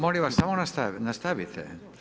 Molim vas, samo nastavite.